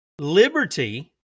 liberty